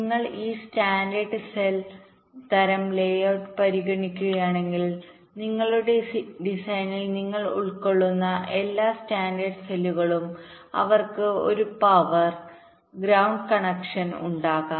നിങ്ങൾ ഈ സ്റ്റാൻഡേർഡ് സെൽതരം ലേഔട്ട് പരിഗണിക്കുകയാണെങ്കിൽ നിങ്ങളുടെ ഡിസൈനിൽ നിങ്ങൾ ഉൾക്കൊള്ളുന്ന എല്ലാ സ്റ്റാൻഡേർഡ് സെല്ലുകളും അവർക്ക് ഒരു പവർ ഗ്രൌണ്ട് കണക്ഷൻ ഉണ്ടാകും